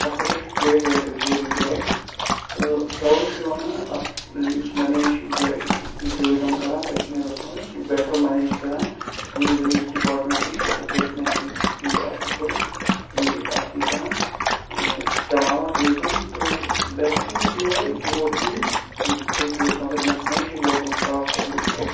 اَتھ خٲطرٕ چھُ ٹرٛیک واریاہ ضروٗری ضروٗرت تہٕ تَوے چھُ ونان اَتھ یُس مَنیج چھُ ٹیٛوٗرِزٕم کَران کَشمیٖرَس مَنٛز یہِ چھُ بیٚٹر مَنیج کَران ٹیٛوٗرِزِٕم یُس ڈِپاٹمٮ۪نٛٹ چھُ یہِ چھُ اَصٕل پٲٹھۍ اَتھ مینشَن یہِ اَصٕل پٲٹھۍ یہِ اَتھ یہِ کَران چلاوان ٹیٛوٗرِزٕم تہٕ بہتریٖن چھُ یوٚہَے یور یِن تہٕ ٹیٛوٗرِزٕم اگر یمن ہیوٚن چھُ یہِ لوکَل کرٛافٹس اگر وُچھو